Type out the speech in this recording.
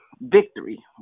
victory